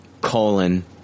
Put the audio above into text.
colon